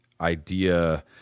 idea